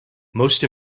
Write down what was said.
most